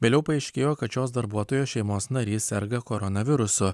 vėliau paaiškėjo kad šios darbuotojos šeimos narys serga koronavirusu